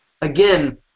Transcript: Again